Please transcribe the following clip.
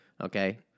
Okay